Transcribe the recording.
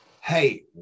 Hey